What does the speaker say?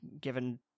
given